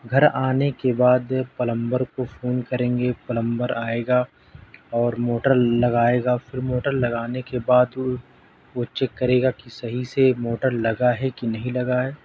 گھر آنے کے بعد پلمبر کو فون کریں گے پلمبر آئے گا اور موٹر لگائے گا پھر موٹر لگانے کے بعد وہ وہ چیک کرے گا کہ صحیح سے موٹر لگا ہے کہ نہیں لگا ہے